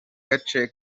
gace